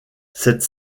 cette